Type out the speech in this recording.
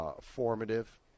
formative